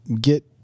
get